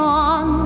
on